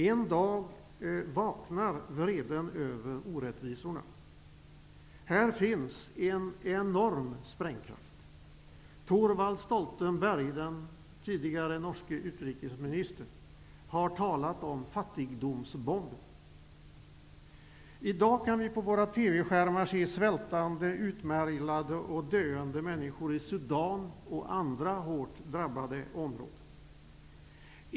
En dag vaknar vreden över orättvisorna. Här finns en enorm sprängkraft. Torvald Stoltenberg, den tidigare norske utrikesministern, har talat om fattigdomsbomben. Vi kan i dag på våra TV-skärmar se svältande, utmärglade och döende människor i Sudan och andra hårt drabbade områden.